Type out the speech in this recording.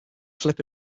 that